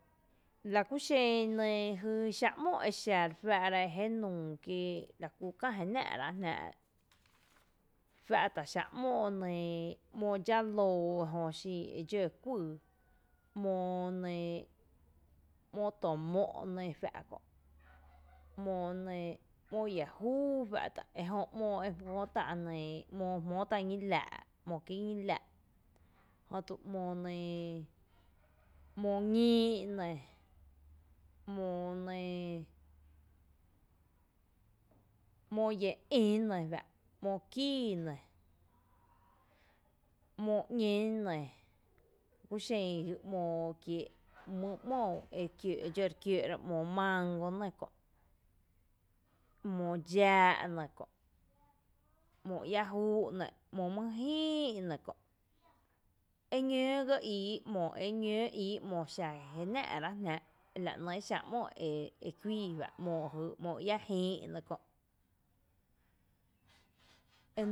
La ku xen nɇɇ lajy xáa’ ‘mó re faa’ra jenuu kí e lakú kää jé náaá’ ráa’ jnáa’ fa’ ta’ xáá’ ‘mó nɇɇ ´mo dxa loo jö edxó kuýyý ´mo nɇɇ ´mo to mó’ nɇ fa’ kö’ ‘mo ya júú fa’ ta’ jö ´mo ejmóo tá, ´mo e jmóo tá’ ñí lⱥⱥ’. mo kiee’ ñí lⱥⱥ’, ´mo ñíí’ nɇ, ´mo nɇɇ ´mo lle ï ne jua’ ´mo kíí ne, ´mo ‘ñen ne, kú xen jy ´mo kiee’ mý ´mo e dxo re kiöö’ra, ´mo maango ne Kö’, ´mo dxaa’ nɇ kö’, ´mo ‘iä júú’ ne, ‘mo mý jïï’ ne kö’, eñoo ga íí ‘mo, eñoo íí ‘mo x ajé náá’rá’ jná’, la né’ xáa’ ‘mo e kuíi ba jy ´mo, jy ´mo iä jïï ne kö’ en.